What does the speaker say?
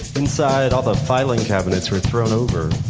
inside, all the filing cabinets were thrown over,